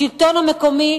השלטון המקומי